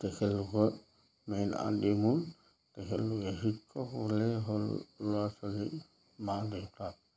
তেখেতলোকৰ মেইন আদি মূল তেখেতলোকে শিক্ষকসকলেই হ'ল ল'ৰা ছোৱালী মাক দেউতাক